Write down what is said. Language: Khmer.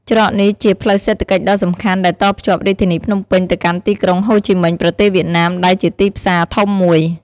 ច្រកនេះជា ផ្លូវសេដ្ឋកិច្ចដ៏សំខាន់ ដែលតភ្ជាប់រាជធានីភ្នំពេញទៅកាន់ទីក្រុងហូជីមិញ ប្រទេសវៀតណាម ដែលជាទីផ្សារធំមួយ។